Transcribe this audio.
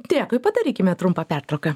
dėkui padarykime trumpą pertrauką